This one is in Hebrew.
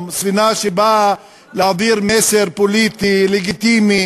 ספינה שבאה להעביר מסר פוליטי לגיטימי